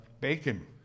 bacon